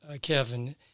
Kevin